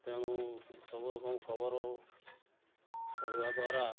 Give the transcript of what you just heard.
ତେଣୁ ସବୁରକମ ଖବର ପଢ଼ିବା ଦ୍ଵାରା